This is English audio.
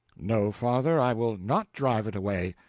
no, father, i will not drive it away.